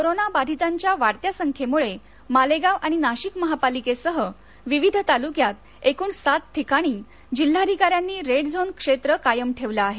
corona बाधितांच्या वाढत्या संख्येमुळे मालेगाव आणि नाशिक महापालिकेसह विविध तालुक्यात एकुण सात ठिकाणी जिल्हाधिका यांनी रेड झोन क्षेत्र कायम ठेवले आहे